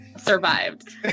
Survived